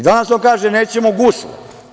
Danas on kaže - nećemo gusle.